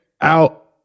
out